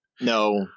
No